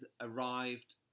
arrived